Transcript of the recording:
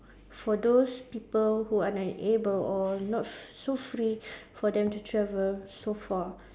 for those people who are unable or not so free for them to travel so far